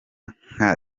nka